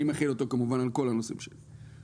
אני כמובן מחיל אותו על כל הנוסעים שלי.